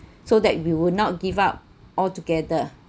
so that we will not give up altogether